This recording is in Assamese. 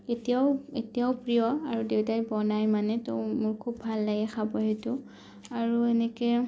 এতিয়াও এতিয়াও প্ৰিয় আৰু দেউতাই বনাই মানে ত' মোৰ খুব ভাল লাগে খাব সেইটো আৰু এনেকৈ